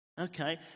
Okay